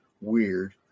weird